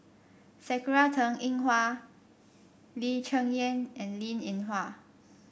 Sakura Teng Ying Hua Lee Cheng Yan and Linn In Hua